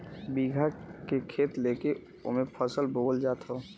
बीघा के खेत लेके ओमे फसल बोअल जात हौ